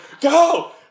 Go